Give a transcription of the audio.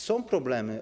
Są problemy.